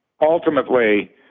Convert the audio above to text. ultimately